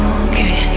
okay